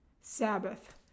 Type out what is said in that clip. Sabbath